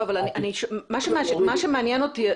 מה שמעניין אותי,